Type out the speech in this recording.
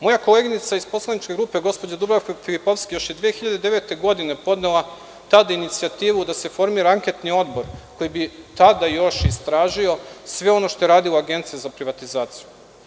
Moja koleginica iz poslaničke grupe, gospođa Dubravka Filipovski, još je 2009. godine podnela tada inicijativu da se formira anketni odbor, koji bi tada još istražio sve ono što je radila Agencija za privatizaciju.